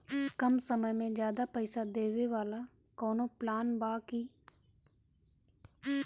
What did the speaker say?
कम समय में ज्यादा पइसा देवे वाला कवनो प्लान बा की?